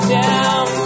down